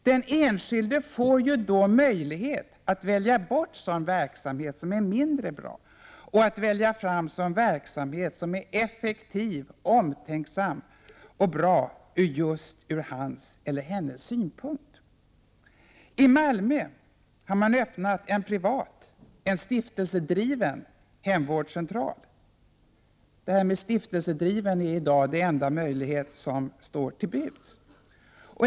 Den enskilde får då möjlighet att välja bort sådan verksamhet som är mindre bra och att välja fram sådan verksamhet som är effektiv och bra och där man visar omtanke om just honom eller henne. I Malmö har man öppnat en privat stiftelsedriven hemvårdscentral — att stiftelsedriva är i dag den enda privata möjlighet som står till buds.